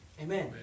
Amen